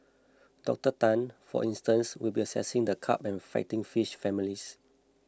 Doctor Tan for instance will be assessing the carp and fighting fish families